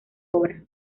obra